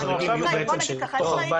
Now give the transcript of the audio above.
עכשיו אנחנו דנים בזה.